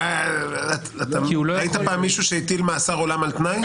ראית פעם מישהו שהטיל מאסר עולם על תנאי?